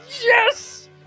Yes